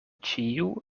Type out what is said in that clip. ĉiu